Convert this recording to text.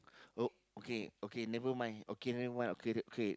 ok~ okay okay nevermind okay nevermind okay okay